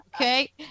Okay